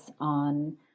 on